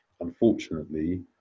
unfortunately